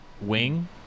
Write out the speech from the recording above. wing